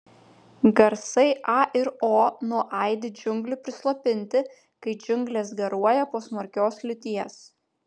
garsai a ir o nuaidi džiunglių prislopinti kai džiunglės garuoja po smarkios liūties